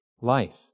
life